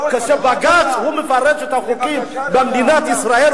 כאשר בג"ץ מפרש את החוקים במדינת ישראל,